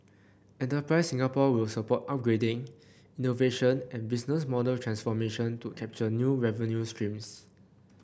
enterprise Singapore will support upgrading innovation and business model transformation to capture new revenue streams